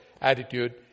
attitude